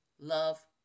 Love